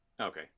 Okay